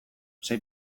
sei